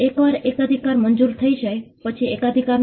એક પ્રક્રિયા છે બીજી એક જમણી બાજુ પરિણામ છે